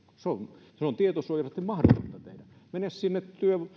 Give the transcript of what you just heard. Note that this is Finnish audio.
se on tietosuojallisesti mahdotonta tehdä mene sinne